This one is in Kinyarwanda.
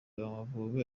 amavubi